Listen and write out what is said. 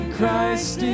Christ